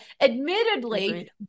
admittedly